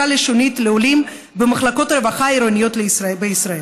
לשונית לעולים במחלקות הרווחה העירוניות בישראל.